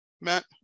Matt